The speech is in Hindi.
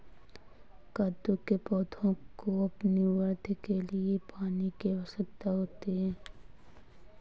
कद्दू के पौधों को अपनी वृद्धि के लिए पानी की आवश्यकता होती है